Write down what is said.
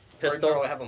pistol